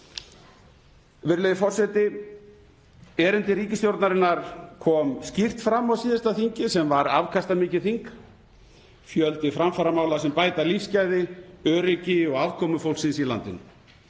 Virðulegi forseti. Erindi ríkisstjórnarinnar kom skýrt fram á síðasta þingi, sem var afkastamikið þing. Fjöldi framfaramála sem bæta lífsgæði, öryggi og afkomu fólksins í landinu.